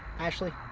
ashley.